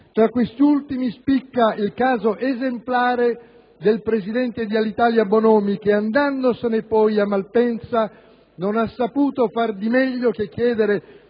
Tra questi ultimi spicca il caso esemplare del presidente dell'Alitalia Bonomi, che, andandosene poi a Malpensa, non seppe fare di meglio che chiedere